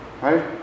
Right